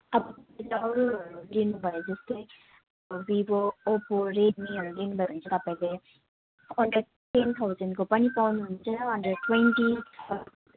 Vivo Oppo रेडमीहरू लिनुभयो भने चाहिँ तपाईँले टेन थाउजेन्डको पनि पाउनुहुन्छ अनि ट्वेन्टी